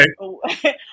okay